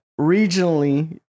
regionally